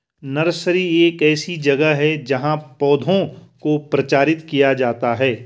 nursery एक ऐसी जगह है जहां पौधों को प्रचारित किया जाता है